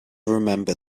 remember